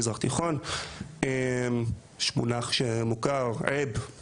המזרח התיכון ויש מונח מוכר שנקרא 'עייב',